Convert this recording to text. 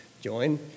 join